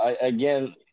again